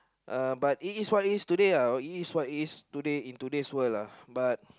uh but it is what it is today uh but it is what it is today in today world lah but